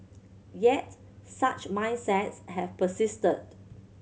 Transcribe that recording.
yet such mindsets have persisted